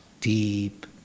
deep